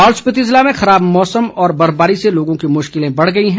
लाहौल स्पिति ज़िले में खराब मौसम और बर्फबारी से लोगों की मुश्किले बढ़ गई हैं